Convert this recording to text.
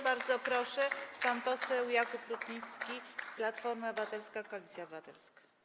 Bardzo proszę, pan poseł Jakub Rutnicki, Platforma Obywatelska - Koalicja Obywatelska.